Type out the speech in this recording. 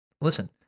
listen